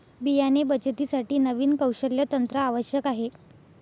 बियाणे बचतीसाठी नवीन कौशल्य तंत्र आवश्यक आहे